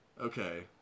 Okay